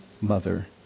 mother